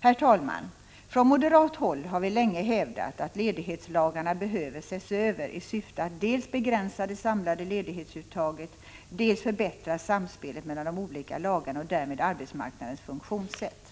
Herr talman! Från moderat håll har vi länge hävdat att ledighetslagarna behöver ses över i syfte att dels begränsa det samlade ledighetsuttaget, dels förbättra samspelet mellan de olika lagarna och därmed arbetsmarknadens funktionssätt.